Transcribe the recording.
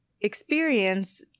experience